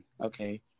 okay